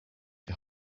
wir